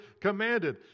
commanded